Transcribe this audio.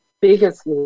biggest